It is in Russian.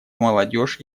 молодежь